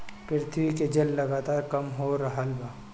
पृथ्वी के जल लगातार कम हो रहल बा